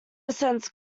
sense